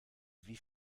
wie